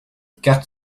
cartes